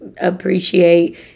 appreciate